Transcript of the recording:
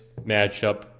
matchup